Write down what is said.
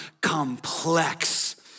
complex